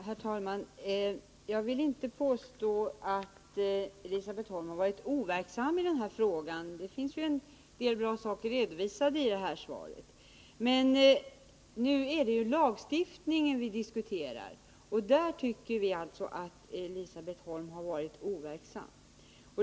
| Herr talman! Jag vill inte påstå att Elisabet Holm har varit overksam i denna fråga. Det har ju redovisats en hel del bra saker i svaret. Men nu är det julagstiftning vi diskuterar och där tycker vi alltså att Elisabet Holm har varit overksam.